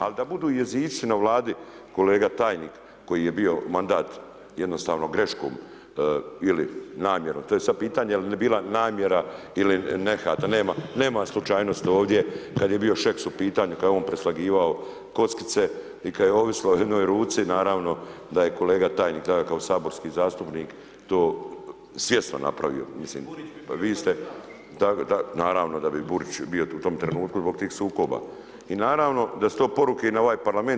Ali da budu jezičci na Vladi, kolega tajnik koji je bio mandat jednostavno greškom ili namjerom, to je sad pitanja je li bila namjera ili nehat, nema slučajnosti ovdje kad je bio Šeks u pitanju, kad je on preslagivao kockice i kad je ovisilo o jednoj ruci, naravno, da je kolega tajnik tada kao saborski zastupnik to svjesno napravio. … [[Upadica sa strane, ne čuje se.]] Pa naravno da bi Burić bio u tom trenutku zbog tih sukoba i naravno da su to poruke i na ovaj parlament.